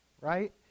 right